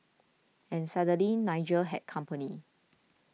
and suddenly Nigel had company